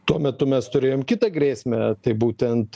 tuo metu mes turėjom kitą grėsmę tai būtent